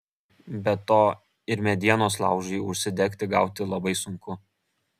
be to ir medienos laužui užsidegti gauti labai sunku